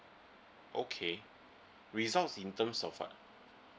okay results in terms of what